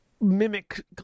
mimic